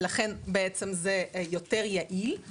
ולכן, בעצם זה יותר יעיל.